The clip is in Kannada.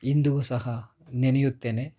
ಇಂದು ಸಹ ನೆನೆಯುತ್ತೇನೆ